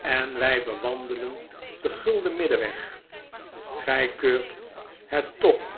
en wy bewandelen den gulden middelweg gy keurt het toch